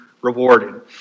rewarding